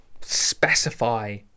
specify